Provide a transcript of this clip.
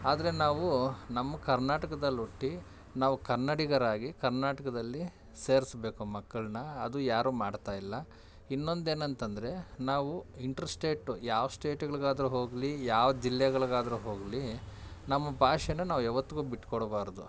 ಆದರೆ ನಾವು ನಮ್ಮ ಕರ್ನಾಟಕ್ದಲ್ಲಿ ಹುಟ್ಟಿ ನಾವು ಕನ್ನಡಿಗರಾಗಿ ಕರ್ನಾಟಕದಲ್ಲಿ ಸೇರಿಸ್ಬೇಕು ಮಕ್ಕಳನ್ನ ಅದು ಯಾರು ಮಾಡ್ತಾಯಿಲ್ಲ ಇನ್ನೊಂದು ಏನಂತೆಂದ್ರೆ ನಾವು ಇಂಟರ್ಸ್ಟೇಟ್ ಯಾವ ಸ್ಟೇಟ್ಗಳಿಗಾದರೂ ಹೋಗಲಿ ಯಾವ ಜಿಲ್ಲೆಗಳಿಗಾದ್ರೂ ಹೋಗಲಿ ನಮ್ಮ ಭಾಷೆನ ನಾವು ಯಾವತ್ತಿಗೂ ಬಿಟ್ಕೊಡ್ಬಾರದು